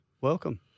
Welcome